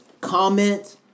Comment